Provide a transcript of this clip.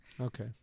Okay